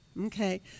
Okay